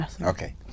Okay